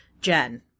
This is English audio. jen